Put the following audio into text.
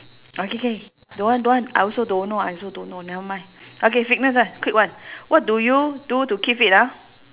okay K don't want don't want I also don't know I also don't know nevermind okay fitness ah quick one what do you do to keep fit ah